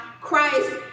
Christ